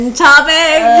topic